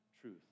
truth